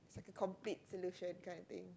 complete solution that kind of thing